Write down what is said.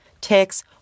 ticks